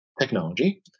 technology